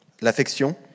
L'affection